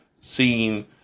seeing